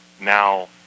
now